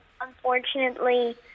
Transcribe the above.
unfortunately